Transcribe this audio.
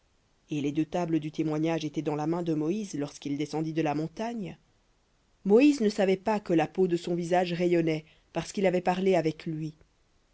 moïse lorsqu'il descendit de la montagne moïse ne savait pas que la peau de son visage rayonnait parce qu'il avait parlé avec lui